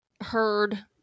heard